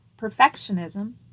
Perfectionism